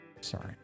Sorry